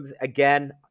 Again